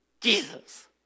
Jesus